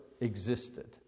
existed